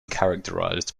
characterized